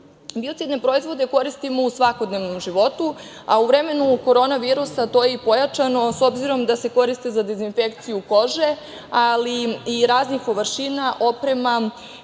proizvode koristimo u svakodnevnom životu, a u vremenu korona virusa to i pojačano s obzirom da se koriste za dezinfekciju kože, ali i raznih površina, oprema,